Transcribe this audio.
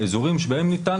אזורים שמיועדים